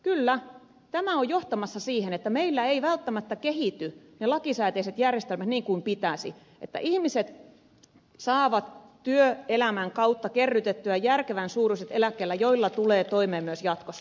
kyllä tämä on johtamassa siihen että meillä eivät välttämättä kehity ne lakisääteiset järjestelmät niin kuin pitäisi että ihmiset saavat työelämän kautta kerrytettyä järkevän suuruiset eläkkeet joilla tulee toimeen myös jatkossa